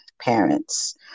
parents